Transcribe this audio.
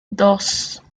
dos